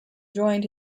joined